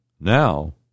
Now